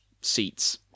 seats